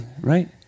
right